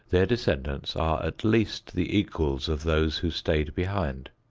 their descendants are at least the equals of those who stayed behind.